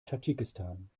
tadschikistan